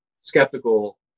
skeptical